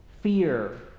fear